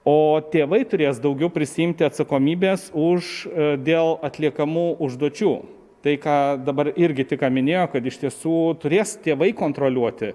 o tėvai turės daugiau prisiimti atsakomybės už dėl atliekamų užduočių tai ką dabar irgi tik ką minėjo kad iš tiesų turės tėvai kontroliuoti